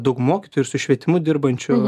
daug mokytojų ir su švietimu dirbančių